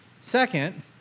Second